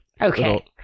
Okay